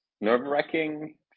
nerve-wracking